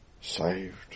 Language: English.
saved